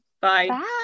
Bye